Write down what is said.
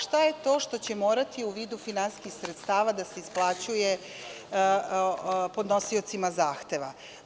Šta je to što će morati u vidu finansijskih sredstava da se isplaćuje podnosiocima zahteva?